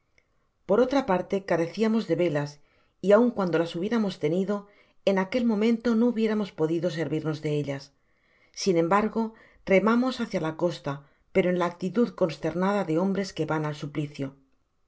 por otra parte careciamos de velas y aun cuando la hubieramos tenido en aquel momento no hubiéramos podido servirnos de ellas sin embargo remamos hácia la costa pero en la actitud consternada de hombres que van al suplicio